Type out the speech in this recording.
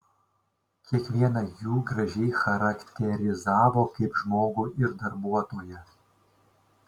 kiekvieną jų gražiai charakterizavo kaip žmogų ir darbuotoją